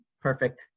perfect